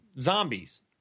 zombies